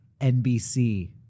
NBC